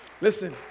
Listen